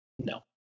No